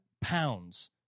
pounds